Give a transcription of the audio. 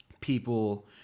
people